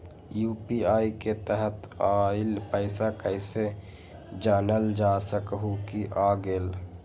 UPI के तहत आइल पैसा कईसे जानल जा सकहु की आ गेल?